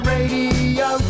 Radio